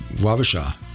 Wabasha